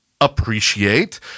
appreciate